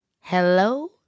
hello